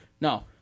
No